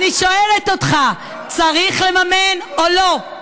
אני שואלת אותך: צריך לממן או לא?